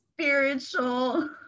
spiritual